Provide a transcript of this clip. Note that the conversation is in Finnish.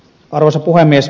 arvoisa puhemies